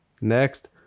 Next